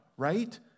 right